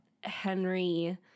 Henry